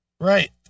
right